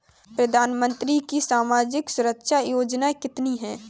प्रधानमंत्री की सामाजिक सुरक्षा योजनाएँ कितनी हैं?